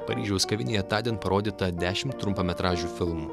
paryžiaus kavinėje tądien parodyta dešimt trumpametražių filmų